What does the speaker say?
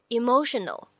emotional